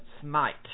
Smite